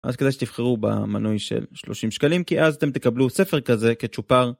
אז כדאי שתבחרו במנוי של 30 שקלים כי אז אתם תקבלו ספר כזה כצ'ופר.